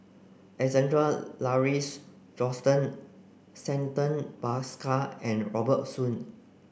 Alexander Lauries Johnston Santha Bhaskar and Robert Soon